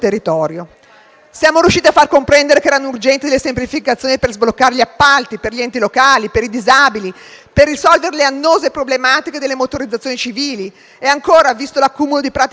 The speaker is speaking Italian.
Siamo riusciti a far comprendere che erano urgenti le semplificazioni per sbloccare gli appalti per gli enti locali e per i disabili, per risolvere le annose problematiche delle motorizzazioni civili. E ancora, visto l'accumulo di pratiche inevase,